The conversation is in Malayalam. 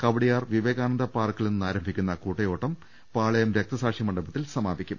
കവടിയാർ വിവേകാനന്ദ പാർക്കിൽനിന്ന് ആരം ഭിക്കുന്ന കൂട്ടയോട്ടം പാളയം രക്തസാക്ഷിമണ്ഡപത്തിൽ സമാപിക്കും